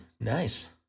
Nice